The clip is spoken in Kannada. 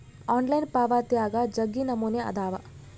ಆನ್ಲೈನ್ ಪಾವಾತ್ಯಾಗ ಜಗ್ಗಿ ನಮೂನೆ ಅದಾವ